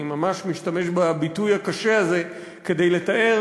אני ממש משתמש בביטוי הקשה הזה כדי לתאר